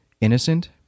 Innocent